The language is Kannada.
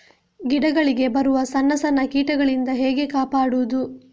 ಗಿಡಗಳಿಗೆ ಬರುವ ಸಣ್ಣ ಸಣ್ಣ ಕೀಟಗಳಿಂದ ಹೇಗೆ ಕಾಪಾಡುವುದು?